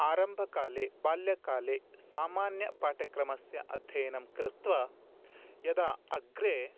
आरम्भकाले बाल्यकाले सामान्यपाठ्यक्रमस्य अध्ययनं कृत्वा यदा अग्रे